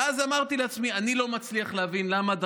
ואז אמרתי לעצמי: אני לא מצליח להבין למה דחוף.